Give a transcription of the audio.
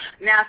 Now